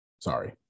Sorry